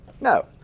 no